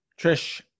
Trish